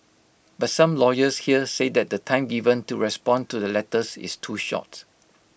but some lawyers here say that the time given to respond to the letters is too short